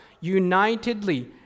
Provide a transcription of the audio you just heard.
unitedly